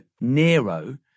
Nero